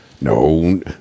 No